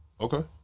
Okay